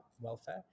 welfare